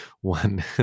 One